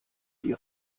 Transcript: die